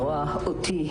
גם לא ראיתי מרצה שדמתה לי.